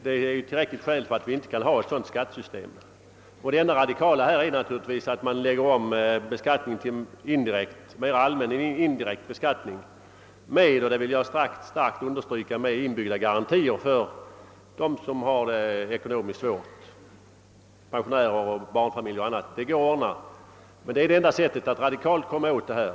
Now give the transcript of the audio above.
Detta är tillräckligt skäl för att vi inte kan ha ett sådant skattesystem, och det enda radikala är givetvis att beskattningen läggs om till mera allmän indirekt beskattning med, och det vill jag starkt understryka, inbyggda garantier med tanke på dem som har det ekonomiskt svårt, såsom pensionärer, barnfamiljer och andra. Det går att ordna. Detta är det enda sättet att radikalt komma åt skattefusket.